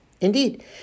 Indeed